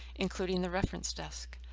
including the reference desk.